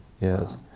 yes